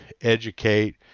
educate